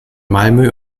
malmö